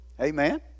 Amen